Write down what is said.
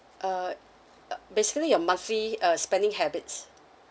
uh uh basically your monthly uh spending habits